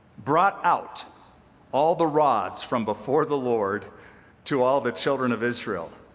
brought out all the rods from before the lord to all the children of israel